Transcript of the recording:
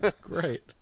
great